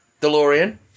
DeLorean